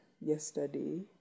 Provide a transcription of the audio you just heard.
yesterday